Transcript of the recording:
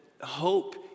hope